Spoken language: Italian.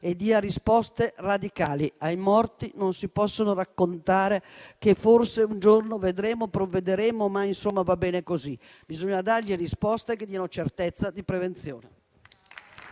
e dia risposte radicali. Ai morti non si può raccontare che forse un giorno vedremo e provvederemo, ma insomma va bene così. Bisogna dar loro risposte che diano certezza di prevenzione.